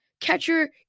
Catcher